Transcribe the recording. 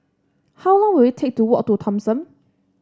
how long will it take to walk to Thomson